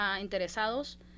interesados